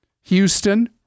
Houston